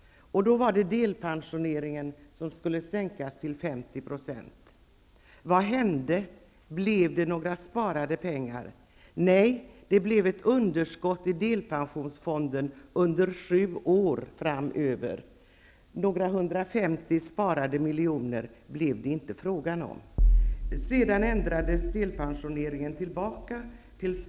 Då var det delpensionen som skulle sänkas till 50 %. Vad hände? Blev det några sparade pengar? Nej, det blev ett underskott i delpensionsfonden under sju år framöver. Några 150 sparade miljoner blev det inte fråga om. Sedan ändrades delpensionen tillbaka.